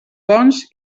bons